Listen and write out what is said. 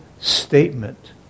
statement